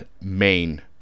main